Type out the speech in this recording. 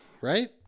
right